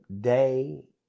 day